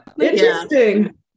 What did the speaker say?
interesting